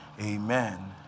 amen